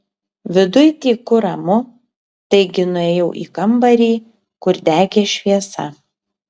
viduj tyku ramu taigi nuėjau į kambarį kur degė šviesa